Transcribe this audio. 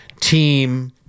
team